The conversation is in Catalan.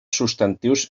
substantius